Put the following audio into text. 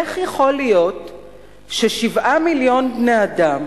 איך יכול להיות ש-7 מיליון בני-אדם